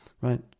right